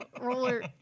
roller